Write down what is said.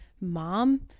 mom